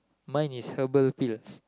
mine is herbal field